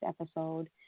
episode